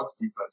defense